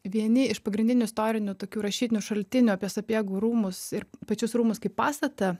vieni iš pagrindinių istorinių tokių rašytinių šaltinių apie sapiegų rūmus ir pačius rūmus kaip pastatą